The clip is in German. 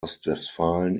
ostwestfalen